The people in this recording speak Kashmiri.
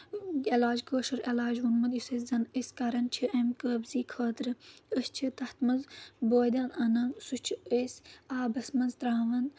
علاج کٲشُر علاج ووٚنمُت یُس أسۍ زَن أسۍ کَران چھِ اَمہِ قٲبضی خٲطرٕ أسۍ چھِ تَتھ منٛز بٲدیان اَنان سُہ چھِ أسۍ آبَس منٛز ترٛاوان